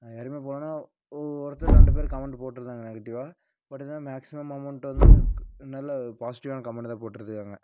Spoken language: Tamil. யாருமே போடலன்னா ஒவ்வொருத்தர் ரெண்டு பேர் கமெண்டு போட்டிருந்தாங்க நெகட்டிவ்வா பட் இருந்தாலும் மேக்சிமம் கமெண்ட் வந்து நல்ல பாசிட்டிவான கமெண்ட்டு தான் போட்டிருந்தாங்க